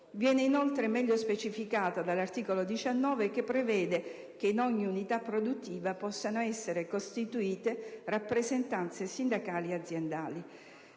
Viene, inoltre, meglio specificata dall'articolo 19 che prevede che in ogni unità produttiva possano essere costituite rappresentanze sindacali aziendali